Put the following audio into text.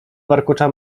warkocza